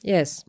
Yes